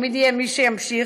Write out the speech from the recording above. תמיד יהיה מי שימשיך.